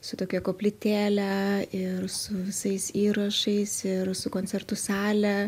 su tokia koplytėle ir su visais įrašais ir su koncertų sale